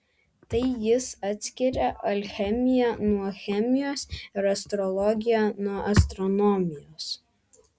tai jis atskiria alchemiją nuo chemijos ir astrologiją nuo astronomijos